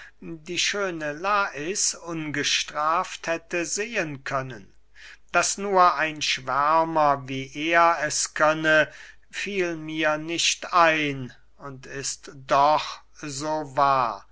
die schöne lais ungestraft hätte sehen können daß nur ein schwärmer wie er es könne fiel mir nicht ein und ist doch so wahr